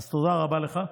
אז תודה רבה לך,